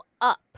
up